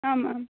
आम् आम्